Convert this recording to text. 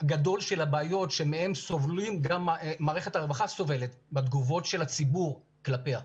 גדול של הבעיות מהן סובלת גם מערכת הרווחה בתגובות של הציבור כלפיה.